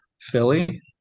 Philly